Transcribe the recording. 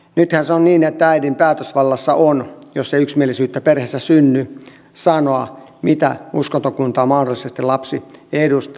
nythän se on niin että äidin päätösvallassa on sanoa jos ei yksimielisyyttä perheessä synny mitä uskontokuntaa mahdollisesti lapsi edustaa